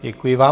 Děkuji vám.